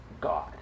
God